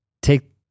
Take